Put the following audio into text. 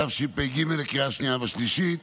התשפ"ג 2023, לקריאה השנייה והשלישית.